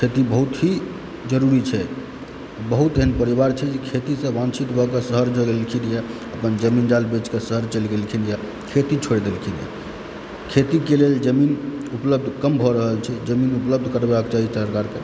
किआकि बहुत ही जरुरी छै बहुत एहन परिवार छै जे खेतीसँ वाञ्छित भऽ कऽ शहर चलि गेलखिन यऽ अपन जमीन जाल बेचकऽ शहर चलि गेलखिन यऽ खेती छोड़ि देलखिन हँ खेतीके लेल जमीन उपलब्ध कम भऽ रहल छै जमीन उपलब्ध करेबाक चाही सरकारकेँ